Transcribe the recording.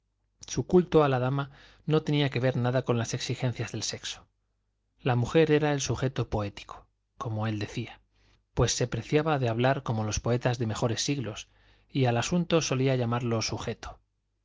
su culto a la dama no tenía que ver nada con las exigencias del sexo la mujer era el sujeto poético como él decía pues se preciaba de hablar como los poetas de mejores siglos y al asunto solía llamarlo sujeto